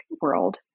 world